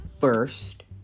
first